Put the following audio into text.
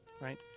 right